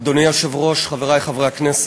אדוני היושב-ראש, חברי חברי הכנסת,